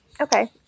Okay